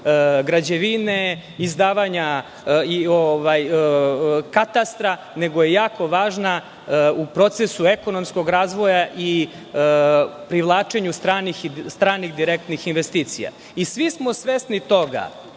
građevine, izdavanja katastra, nego je jako važna u procesu ekonomskog razvoja i privlačenju stranih direktnih investicija. Svi smo svesni toga,